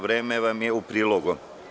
Vreme vam je u prilogu.